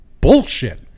bullshit